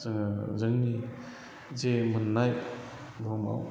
जोङो जोंनि जे मोननाय दङ